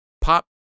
Pop